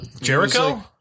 Jericho